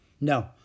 No